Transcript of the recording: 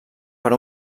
per